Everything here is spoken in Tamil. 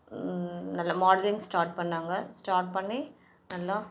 நல்ல மாடலிங் ஸ்டார்ட் பண்ணுணாங்க ஸ்டார்ட் பண்ணி நல்லா